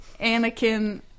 Anakin